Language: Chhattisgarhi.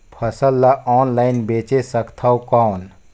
फसल ला ऑनलाइन बेचे सकथव कौन?